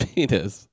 Penis